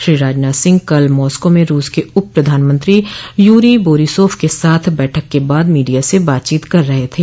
श्री राजनाथ सिंह कल मॉस्को में रूस के उप प्रधानमंत्री यूरी बोरिसोफ के साथ बैठक के बाद मीडिया से बातचीत कर रहे थे